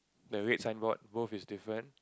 the red signboard both is different